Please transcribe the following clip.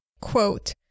quote